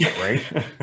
right